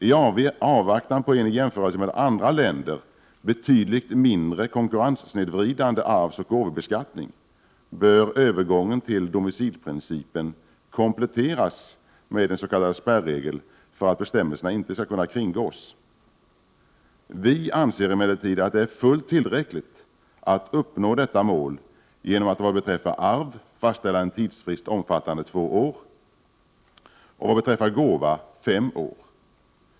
I avvaktan på en i jämförelse med andra länder betydligt mindre konkurrenssnedvridande arvsoch gåvobeskattning bör övergången till domicilprincipen kompletteras med en s.k. spärregel för att bestämmelserna inte skall kunna kringgås. Vi anser emellertid att det är fullt tillräckligt att uppnå detta mål genom att vad beträffar arv fastställa en tidsfrist omfattande två år och vad beträffar gåva fem år.